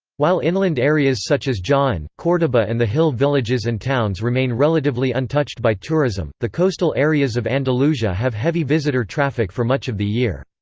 while inland areas such as jaen, cordoba and the hill villages and towns remain relatively untouched by tourism, the coastal areas of andalusia have heavy visitor traffic for much of the year.